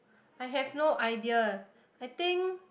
I have no idea I think